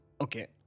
Okay